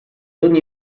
ogni